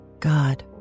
God